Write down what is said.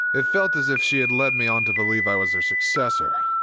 it felt as if she had led me on to believe i was her successor,